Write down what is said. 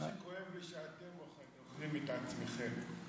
מה שכואב לי, שאתם אוכלים את עצמכם.